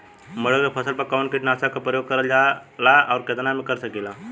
मटर के फसल पर कवन कीटनाशक क प्रयोग करल जाला और कितना में कर सकीला?